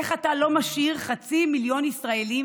איך אתה לא משאיר חצי מיליון ישראלים